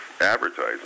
advertising